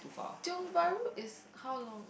Tiong Bahru is how long